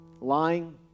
Lying